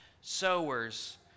sowers